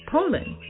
Poland